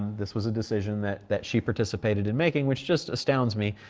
this was a decision that that she participated in making, which just astounds me.